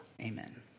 Amen